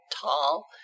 tall